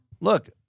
look